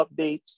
updates